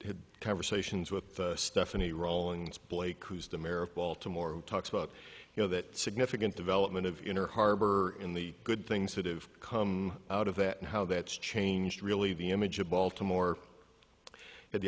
had conversations with stephanie rowlands blake who's the america baltimore talks about you know that significant development of inner harbor in the good things that have come out of that and how that's changed really the image of